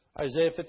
Isaiah